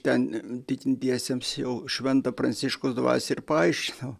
ten tikintiesiems jau švento pranciškaus dvasią ir paaiškinau